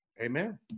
Amen